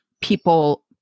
people